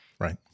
Right